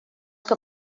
que